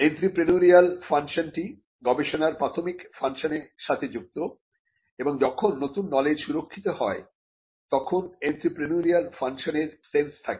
entrepreneurial function টি গবেষণার প্রাথমিক ফাংশনে র সাথে যুক্ত এবং যখন নতুন নলেজ সুরক্ষিত হয় তখন এন্ত্রেপ্রেনিউরিয়াল ফাংশন এর সেন্স থাকে